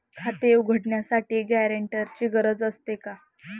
खाते उघडण्यासाठी गॅरेंटरची गरज असते का?